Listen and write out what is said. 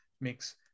makes